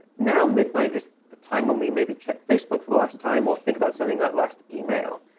now midnight is the time when we maybe check facebook for the last time or think about sending that last email.